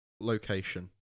location